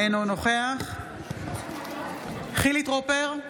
אינו נוכח חילי טרופר,